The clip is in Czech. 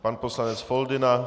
Pan poslanec Foldyna...